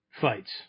fights